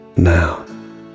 Now